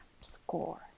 score